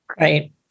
Right